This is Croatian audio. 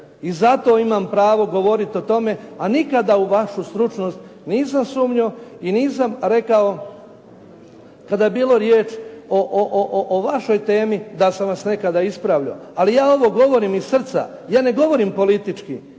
I zato imam pravo govorit o tome, a nikada u vašu stručnost nisam sumnjao i nisam rekao kada je bilo riječ o vašoj temi da sam vas nekada ispravljao. Ali ja ovo govorim iz srca, ja ne govorim politički